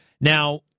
Now